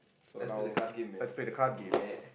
so now let's play the card games